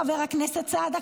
חבר הכנסת סעדה,